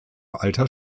alter